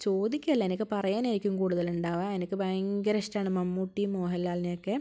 ചോദിക്കയല്ല എനിക്ക് പറയാനായിരിക്കും കൂടുതൽ ഉണ്ടാവുക എനിക്ക് ഭയങ്കര ഇഷ്ടമാണ് മമ്മൂട്ടി മോഹൻലാലിനെ ഒക്കേ